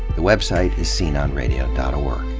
the website is sceneonradio dot org.